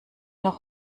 noch